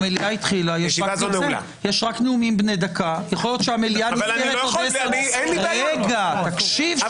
הישיבה ננעלה בשעה 16:16.